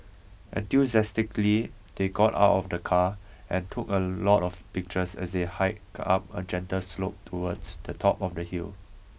enthusiastically they got out of the car and took a lot of pictures as they hiked up a gentle slope towards the top of the hill